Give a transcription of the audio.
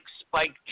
Spike